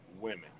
women